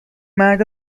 مرد